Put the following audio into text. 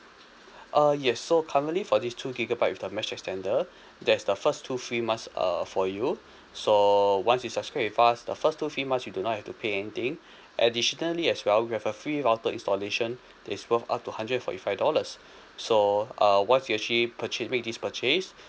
uh yes so currently for this two gigabyte with the mesh extender there's the first two free months err for you so once you subscribe with us the first two free months you do not have to pay anything additionally as well we have a free router installation that is worth up to hundred and forty five dollars so uh once you actually purchase make this purchase